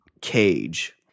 cage